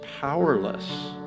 powerless